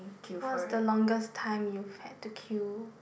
what's the longest time you've had to queue